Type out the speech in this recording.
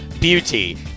Beauty